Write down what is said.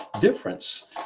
difference